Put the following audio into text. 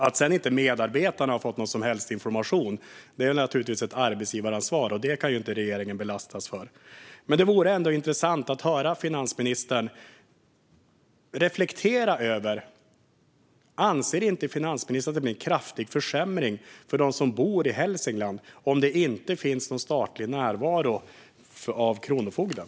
Det att medarbetarna inte har fått någon som helst information är givetvis ett arbetsgivaransvar som regeringen inte kan belastas för. Det vore dock intressant att höra finansministern reflektera. Anser inte finansministern att det blir en kraftig försämring för dem som bor i Hälsingland om det inte finns någon statlig närvaro av Kronofogden?